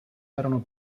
erano